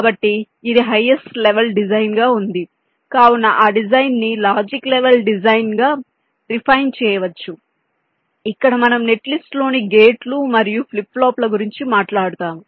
కాబట్టి ఇది highest level design గా ఉంది కావున ఆ డిజైన్ను లాజిక్ లెవల్ డిజైన్ గా రిఫైన్ చేయవచ్చు ఇక్కడ మన నెట్లిస్ట్లోని గేట్లు మరియు ఫ్లిప్ ఫ్లాప్ ల గురించి మాట్లాడుతాము